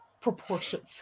proportions